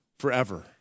forever